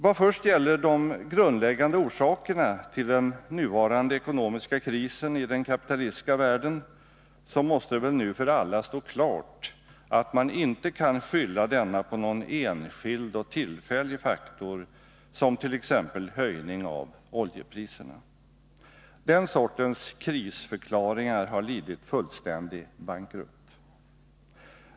Vad först gäller de grundläggande orsakerna till den nuvarande ekonomiska krisen i den kapitalistiska världen så måste det väl nu för alla stå klart, att man inte kan skylla denna på någon enskild och tillfällig faktor, som höjning av oljepriserna. Den sortens ”krisförklaringar” har lidit fullständig bankrutt.